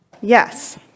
Yes